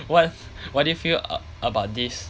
what what do you feel about this